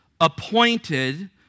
appointed